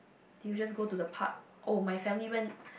do you just go to the park oh my family went